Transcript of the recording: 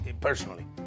personally